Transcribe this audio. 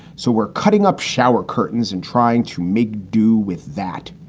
so we're cutting up shower curtains and trying to make do with that.